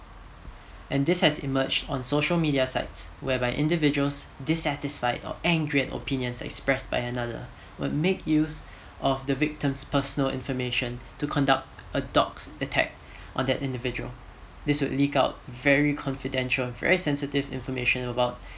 and this has emerged on social media sites whereby individuals dissatisfied or angry at opinions expressed by another will make used of the victims personal information to conducts a dox attack on that individual this would leak out very confidential very sensitive information about